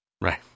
Right